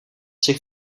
zich